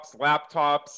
laptops